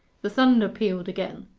the thunder pealed again.